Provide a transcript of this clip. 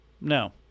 No